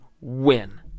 win